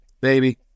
baby